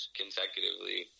consecutively